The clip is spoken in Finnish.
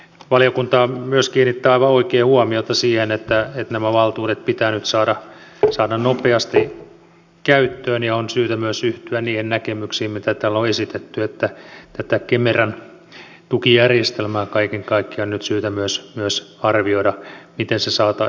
valiokunta kiinnittää aivan oikein huomiota myös siihen että nämä valtuudet pitää nyt saada nopeasti käyttöön ja on syytä myös yhtyä niihin näkemyksiin mitä täällä on esitetty että tätä kemera tukijärjestelmää kaiken kaikkiaan on nyt syytä myös arvioida miten se saataisiin selkeämmäksi